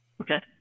Okay